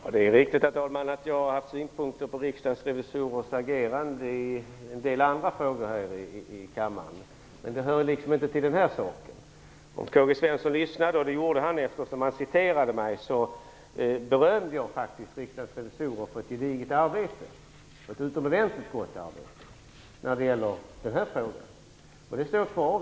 Herr talman! Det är riktigt att jag har haft synpunkter på Riksdagens revisorers agerande i en del andra frågor här i kammaren. Men det hör liksom inte till den här saken. Om K-G Svenson lyssnade, och det gjorde han eftersom han citerade mig, berömde jag faktiskt Riksdagens revisorer för ett gediget arbete, ett utomordentligt gott arbete när det gäller den här frågan. Det står jag fast vid.